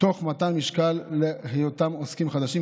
תוך מתן משקל להיותם עוסקים חדשים,